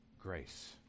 grace